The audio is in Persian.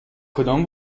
کدام